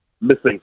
missing